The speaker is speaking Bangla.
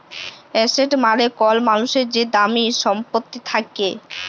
এসেট মালে কল মালুসের যে দামি ছম্পত্তি থ্যাকে